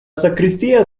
sacristía